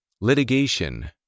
Litigation